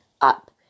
up